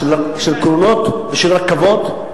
של קרונות ושל רכבות,